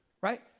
right